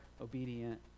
obedient